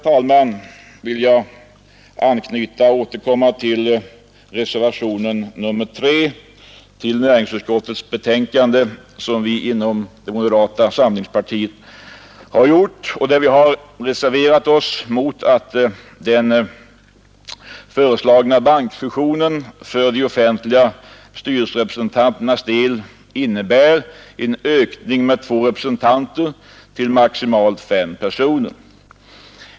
Jag vill vidare återkomma till reservationen 3 vid näringsutskottets betänkande, vilken avgivits av moderata samlingspartiets ledamöter i utskottet och i vilken vi har reserverat oss mot att den föreslagna bankfusionen skulle innebära en ökning av antalet offentliga styrelserepresentanter med två personer till maximalt fem.